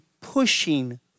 pushing